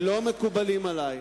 שלא מקובלים עלי.